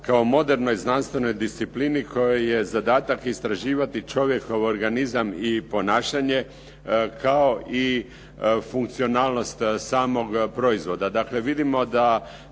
kao modernoj znanstvenoj disciplini kojoj je zadatak istraživati čovjekov organizam i ponašanje kao i funkcionalnost samog proizvoda.